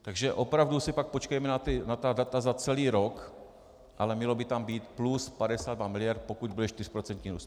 Takže opravdu si pak počkejme na ta data za celý rok, ale mělo by tam být plus 52 mld., pokud bude čtyřprocentní růst.